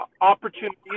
opportunities